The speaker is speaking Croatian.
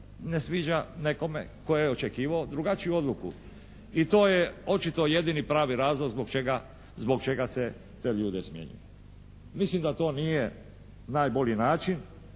ne sviđa nekome koji je očekivao drugačiju odluku. I to je očito jedini pravi razlog zbog čega se ljude smjenjuje. Mislim da to nije najbolji način,